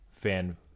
fan